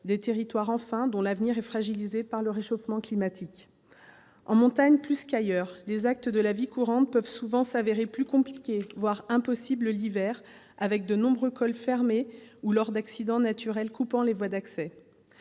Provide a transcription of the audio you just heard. des territoires, enfin, dont l'avenir est fragilisé par le réchauffement climatique. En montagne plus qu'ailleurs, les actes de la vie courante peuvent souvent s'avérer compliqués, voire impossibles l'hiver, avec de nombreux cols fermés et parfois des accidents naturels coupant les voies d'accès.